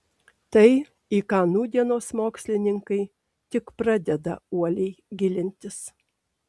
tai į ką nūdienos mokslininkai tik pradeda uoliai gilintis